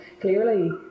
clearly